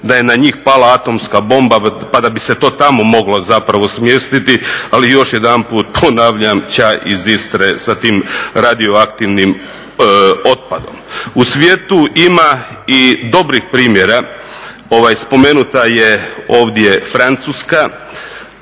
da je na njih pala atomska bomba pa da bi se to tamo moglo zapravo smjestiti, ali još jedanput ponavljam, ća iz Istre sa tim radioaktivnim otpadom. U svijetu ima i dobrih primjera, spomenuta je ovdje Francuska.